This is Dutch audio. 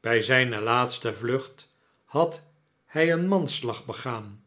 bij zijne laatste vlucht had hij een manslag begaan